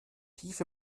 tief